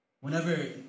Whenever